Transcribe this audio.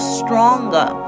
stronger